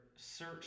search